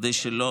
כדי שלא,